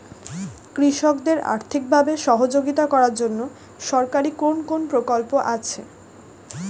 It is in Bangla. কৃষকদের আর্থিকভাবে সহযোগিতা করার জন্য সরকারি কোন কোন প্রকল্প আছে?